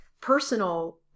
personal